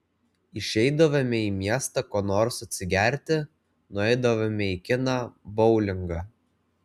išeidavome į miestą ko nors atsigerti nueidavome į kiną boulingą